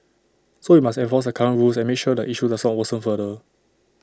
so we must enforce the current rules and make sure the issue does not worsen further